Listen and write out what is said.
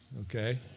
okay